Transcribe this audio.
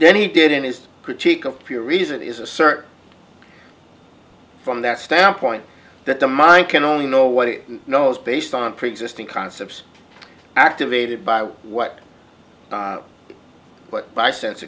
then he did in his critique of pure reason is assert from that standpoint that the mind can only know what it knows based on preexisting concepts activated by what but by sense